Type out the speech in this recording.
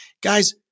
Guys